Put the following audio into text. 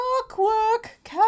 Clockwork